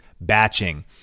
batching